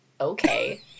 Okay